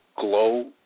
glow